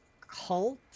cult